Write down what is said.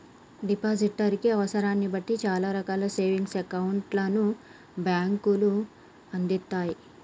depositor కి అవసరాన్ని బట్టి చానా రకాల సేవింగ్స్ అకౌంట్లను బ్యేంకులు అందిత్తయ్